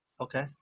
Okay